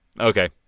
Okay